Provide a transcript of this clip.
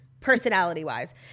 personality-wise